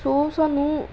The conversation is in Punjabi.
ਸੋ ਸਾਨੂੰ